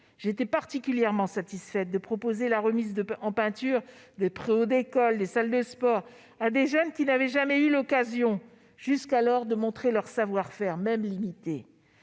J'étais particulièrement satisfaite de proposer la remise en peinture de préaux d'écoles ou de salles de sport à des jeunes qui n'avaient jamais eu l'occasion jusqu'alors de montrer leur savoir-faire, même limité.